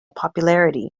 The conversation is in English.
popularity